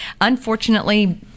unfortunately